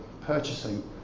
purchasing